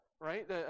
right